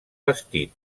vestit